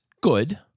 good